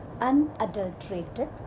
unadulterated